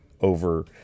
over